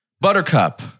Buttercup